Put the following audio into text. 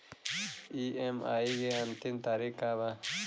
EMI के अंतिम तारीख का बा?